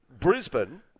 Brisbane